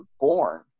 born